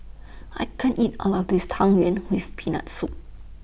I can't eat All of This Tang Yuen with Peanut Soup